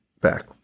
back